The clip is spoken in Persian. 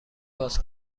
باز